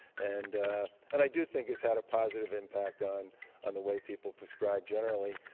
and and i do think it's had a positive impact on on the way people prescribe generally.